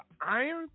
iron